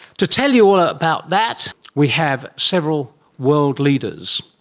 to tell you all ah about that we have several world leaders.